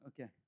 Okay